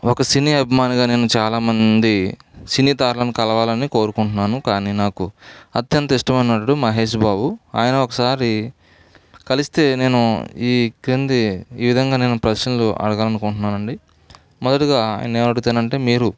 ఒక సినీ అభిమానిగా నేను చాలామంది సినీ తారలను కలవాలని కోరుకుంటున్నాను కానీ నాకు అత్యంత ఇష్టమైన నటుడు మహేష్ బాబు ఆయన ఒకసారి కలిస్తే నేను ఈ క్రింది ఈ విధంగా నేను ప్రశ్నలు అడగాలనుకుంటున్నానండి మొదటగా ఆయన్నేమడుగుతానంటే మీరు